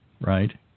right